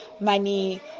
money